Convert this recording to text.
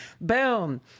boom